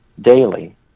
daily